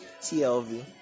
TLV